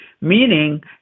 Meaning